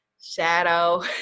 Shadow